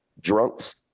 drunks